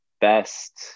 best